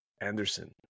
Anderson